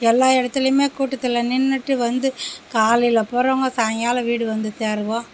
எல்லா இடத்துலயுமே கூட்டத்தில் நின்றுட்டு வந்து காலையில் போகிறவங்க சாயங்காலம் வீடு வந்து சேருவோம்